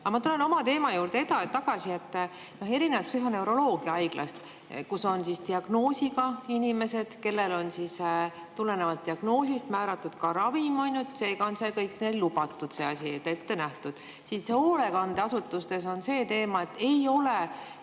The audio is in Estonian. Aga ma tulen oma teema juurde tagasi. Erinevalt psühhoneuroloogiahaiglast, kus on diagnoosiga inimesed, kellele on tulenevalt diagnoosist määratud ka ravim – seega on see kõik lubatud, see asi on neile ette nähtud –, on hoolekandeasutustes see teema, et ei ole